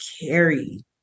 carry